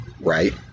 right